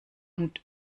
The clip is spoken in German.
und